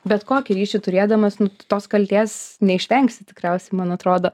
bet kokį ryšį turėdamas nu tu tos kaltės neišvengsi tikriausiai man atrodo